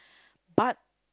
but